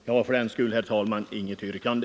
Herr talman! Jag har för dagen inget yrkande.